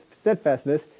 steadfastness